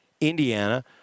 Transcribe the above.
Indiana